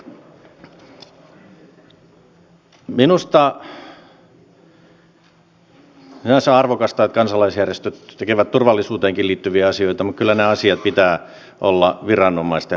minusta on sinänsä arvokasta että kansalaisjärjestöt tekevät turvallisuuteenkin liittyviä asioita mutta kyllä niiden asioiden pitää olla viranomaisten hallinnassa